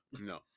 No